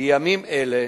בימים אלה